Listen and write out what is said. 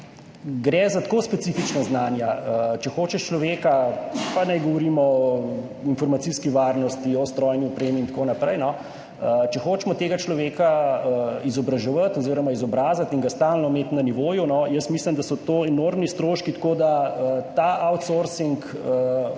Gre za tako specifična znanja, če hočeš človeka, pa naj govorimo o informacijski varnosti, o strojni opremi in tako naprej, no, če hočemo tega človeka izobraževati oziroma izobraziti in ga stalno imeti na nivoju, mislim, da so to enormni stroški. Tako ta outsourcing, pa